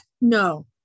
No